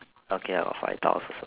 okay ah I got five tiles also